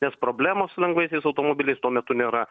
nes problemos su lengvaisiais automobiliais tuo metu nėra